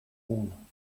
uno